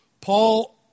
Paul